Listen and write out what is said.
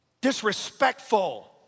Disrespectful